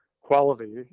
quality